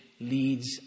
leads